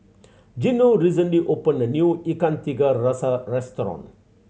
Gino recently opened a new Ikan Tiga Rasa restaurant